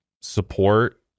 support